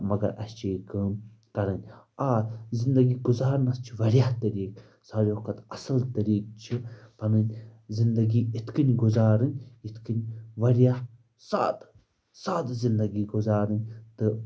مگر اَسہِ چھِ یہِ کٲم کَرٕنۍ آ زِنٛدگی گُزارنَس چھِ واریاہ طٔریٖقہٕ ساروِیو کھۄتہٕ اَصٕل طٔریٖق چھِ پَنٕنۍ زندگی یِتھ کٔنۍ گُزارٕنۍ یِتھ کٔنۍ واریاہ سادٕ سادٕ زِندگی گُزارٕنۍ تہٕ